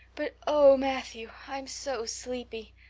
but, oh, matthew, i'm so sleepy.